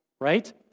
right